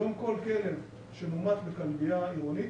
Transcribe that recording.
היום כל כלב שמומת בכלביה עירונית,